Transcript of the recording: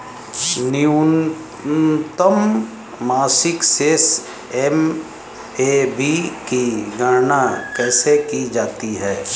न्यूनतम मासिक शेष एम.ए.बी की गणना कैसे की जाती है?